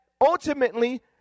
ultimately